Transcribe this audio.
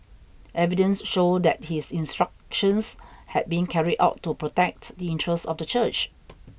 evidence showed that his instructions had been carried out to protect the interests of the church